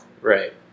Right